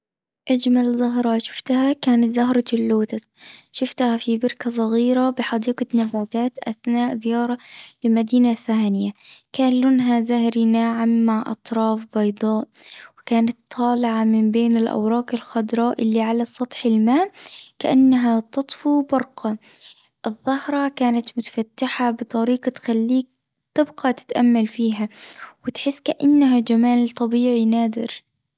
أاجمل زهرة شفتها كانت زهرة اللوتس، شفتها في بركة صغيرة بحديقة نباتات أثناء زيارة لمدينة ثانية، كان لونها زهري ناعم مع أطراف بيضاء، وكانت طالعة من بين الأوراق الخضراء اللي على سطح الماء كإنها تطفو برقه الزهرة متفتحة بطريقة تخليك تبقى تتأمل فيها، وتحس إنها جمال طبيعي نادر.